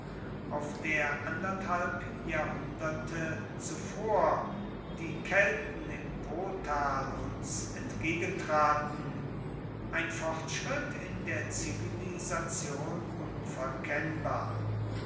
auf der anderthalb jahrhunderte zuvor die kelten im potal uns entgegentraten ein fortschritt in der zivilisation unverkennbar